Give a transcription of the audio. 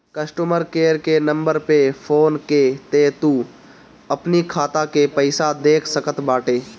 customer care के number पअ phone कअ के तू अपनी खाता के पईसा देख सकत बटअ